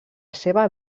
seva